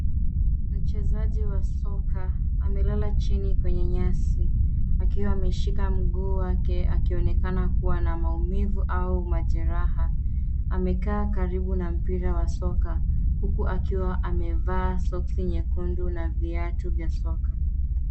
Mchezaji wa soka amelala chini kwenye nyasi akiwa ameshika mguu wake akionekana kuwa na maumivu au majeraha. Amekaa karibu na mpira wa soka huku akiwa amevaa soksi nyekundu na viatu vya soka.